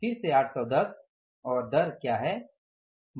फिर से 810 और दर क्या है